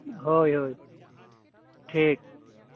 ᱦᱳᱭ ᱦᱳᱭ ᱴᱷᱤᱠ